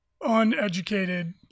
uneducated